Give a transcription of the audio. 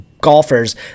golfers